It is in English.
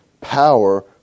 power